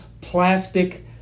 plastic